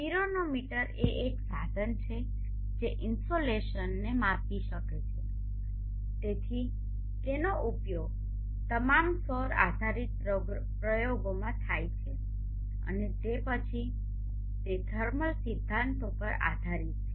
pyranometer એ એક સાધન છે જે ઇન્સોલેશનinsolationસૂર્યકિરણની અસરને માપી શકે છે તેથી તેનો ઉપયોગ તમામ સૌર આધારિત પ્રયોગોમાં થાય છે અને તે પછી તે થર્મલ સિદ્ધાંતો પર આધારિત છે